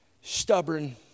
stubborn